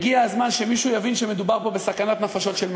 הגיע הזמן שמישהו יבין שמדובר פה בסכנת נפשות של ממש.